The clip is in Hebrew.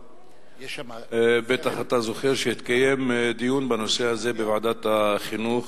אתה בטח זוכר שהתקיים דיון בנושא הזה בוועדת החינוך,